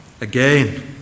Again